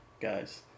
guys